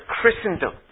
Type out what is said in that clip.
Christendom